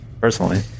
Personally